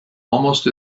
almost